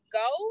go